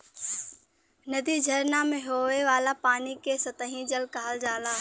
नदी, झरना में होये वाला पानी के सतही जल कहल जाला